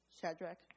Shadrach